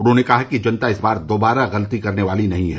उन्होंने कहा कि जनता इस बार दोबारा गलती करने वाली नहीं है